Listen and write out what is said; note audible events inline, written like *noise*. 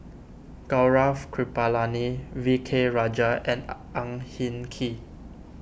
Gaurav Kripalani V K Rajah and *hesitation* Ang Hin Kee